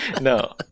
No